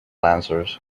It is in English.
lancers